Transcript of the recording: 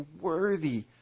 worthy